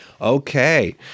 Okay